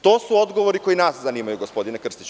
To su odgovori koji nas zanimaju, gospodine Krstiću.